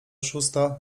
szósta